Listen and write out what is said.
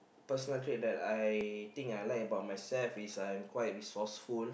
personal trait that I think I like about myself is I am quite resourceful